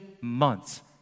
months